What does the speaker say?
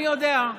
מי יודע.